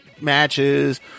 matches